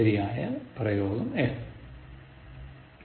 ശരിയായ പ്രയോഗം ഏത്